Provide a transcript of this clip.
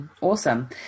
Awesome